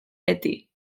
beti